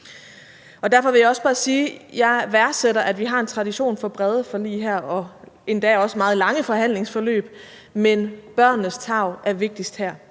Derfor vil jeg også bare sige, at jeg værdsætter, at vi har en tradition for brede forlig her og endda også meget lange forhandlingsforløb, men børnenes tarv er vigtigst her.